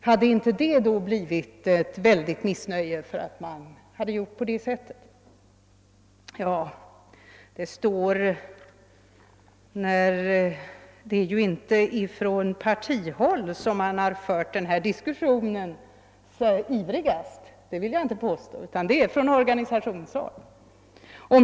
Hade det då inte blivit ett väldigt missnöje?» Det är ju inte från partihåll som denna diskussion ivrigast har förts, utan det är från organisationshåll.